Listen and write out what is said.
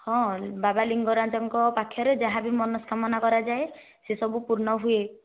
ହଁ ବାବା ଲିଙ୍ଗରାଜଙ୍କ ପାଖରେ ଯାହା ବି ମନୋସ୍କାମନା କରାଯାଏ ସେସବୁ ପୂର୍ଣ୍ଣ ହୁଏ